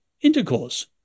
intercourse